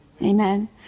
amen